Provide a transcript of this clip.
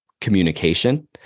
communication